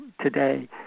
today